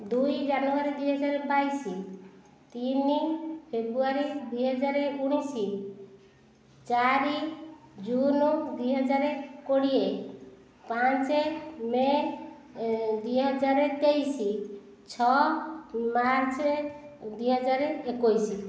ଦୁଇ ଜାନୁଆରୀ ଦୁଇହଜାର ବାଇଶ ତିନି ଫେବୃଆରୀ ଦୁଇହଜାର ଉଣାଇଶ ଚାରି ଜୁନ୍ ଦୁଇହଜାର କୋଡ଼ିଏ ପାଞ୍ଚ ମେ' ଦୁଇ ହଜାର ତେଇଶ ଛଅ ମାର୍ଚ୍ଚ ଦୁଇହଜାର ଏକୋଇଶ